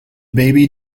baby